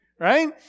right